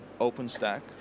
OpenStack